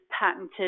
patented